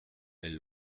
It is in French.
elle